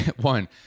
one